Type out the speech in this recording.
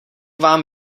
vám